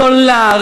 זולה,